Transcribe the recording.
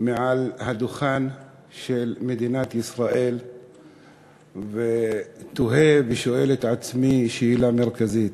על הדוכן של כנסת מדינת ישראל ותוהה ושואל את עצמי שאלה מרכזית: